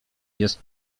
jest